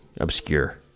obscure